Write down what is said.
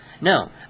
No